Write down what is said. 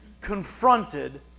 confronted